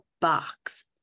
box